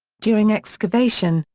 during excavation,